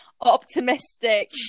optimistic